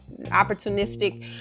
opportunistic